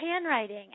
handwriting